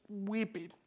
weeping